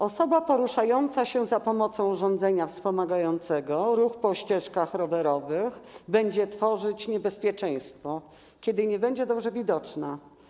Osoba poruszająca się za pomocą urządzenia wspomagającego ruch po ścieżkach rowerowych będzie tworzyć niebezpieczeństwo, kiedy nie będzie dobrze widoczna.